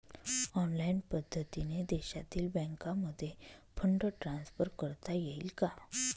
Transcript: Online पद्धतीने देशातील बँकांमध्ये फंड ट्रान्सफर करता येईल का?